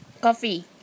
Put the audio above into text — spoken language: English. Coffee